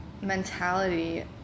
mentality